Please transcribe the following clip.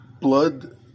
blood